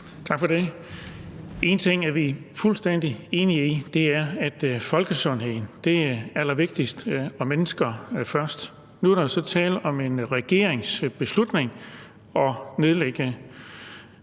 Tak for det. En ting er vi fuldstændig enige i, og det er, at folkesundheden er allervigtigst: mennesker først. Nu er der jo så tale om en regeringsbeslutning om at nedlægge